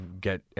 get